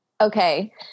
Okay